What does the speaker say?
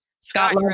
Scott